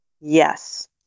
Yes